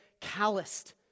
calloused